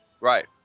Right